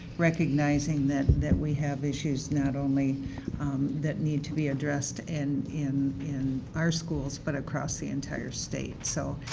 recognizing that that we have issues not only that need to be addressed and in in our schools, but across the entire state. so,